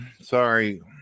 Sorry